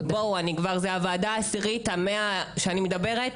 זו כבר הוועדה העשירית שאני מדברת,